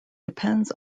depends